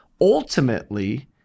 Ultimately